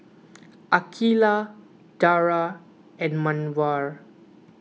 Aqeelah Dara and Mawar